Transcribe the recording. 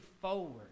forward